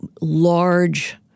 large